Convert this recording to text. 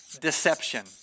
deception